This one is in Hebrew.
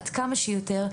עד כמה שיותר,